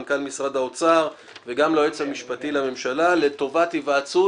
מנכ"ל משרד האוצר וגם ליועץ המשפטי לממשלה לטובת היוועצות